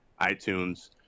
iTunes